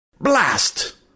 BLAST